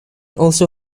also